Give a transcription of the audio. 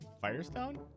Firestone